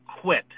quit